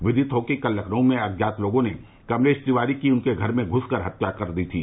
विदित हो कि कल लखनऊ में अज्ञात लोगों ने कमलेरा तिवारी की उनके घर में घुस कर हत्या कर दी थी